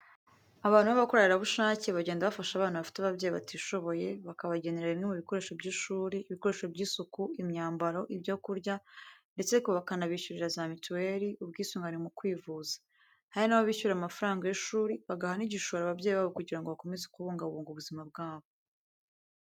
Abantu babakorerabushake bagenda bafasha abana bafite ababyeyi batishoboye, bakabagenera bimwe mu bikoresho by'ishuri, ibikoresho by'isuku, imyambaro, ibyo kurya ndetse bakanabishyurira za mituweli, ubwisungane mu kwivuza. Hari n'abo bishyurira amafaranga y'ishuri bagaha n'igishoro ababyeyi babo kugira ngo bakomeze kubungabunga ubuzima bwabo.